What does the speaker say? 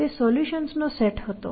તે સોલ્યૂશન્સનો સેટ હતો